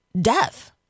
death